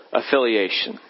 affiliation